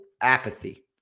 apathy